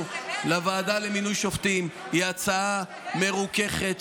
לוועדה למינוי שופטים היא הצעה מרוככת,